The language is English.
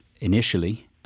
Initially